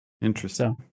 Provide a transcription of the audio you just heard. Interesting